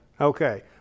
Okay